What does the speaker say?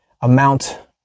amount